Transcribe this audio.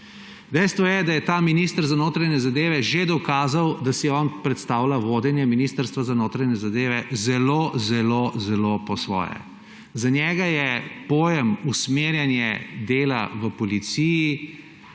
Dejstvo je, da je ta minister za notranje zadeve že dokazal, da si on predstavlja vodenje Ministrstva za notranje zadeve zelo zelo zelo po svoje. Za njega je pojem usmerjanja dela v policiji